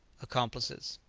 accomplices.